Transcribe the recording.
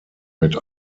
mit